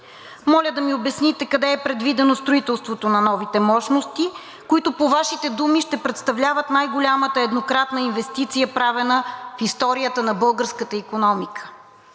Моля да обясните къде е предвидено строителството на новите мощности, които по Вашите думи ще представляват най-голямата еднократна инвестиция, правена в историята на българската икономика.